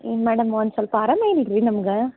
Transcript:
madam ಒಂದು ಸ್ವಲ್ಪ ಅರಾಮ ಆಗಿಲ್ಲರೀ ನಮ್ಗೆ